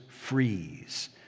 freeze